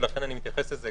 ולכן אני מתייחס גם לזה